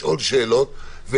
לשאול שאלות,